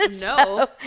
no